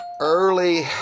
early